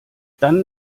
dann